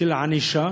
של ענישה